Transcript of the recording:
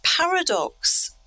paradox